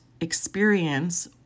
experience